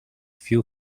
few